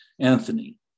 Anthony